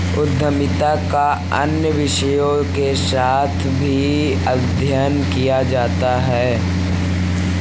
उद्यमिता का अन्य विषयों के साथ भी अध्ययन किया जाता है